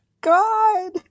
god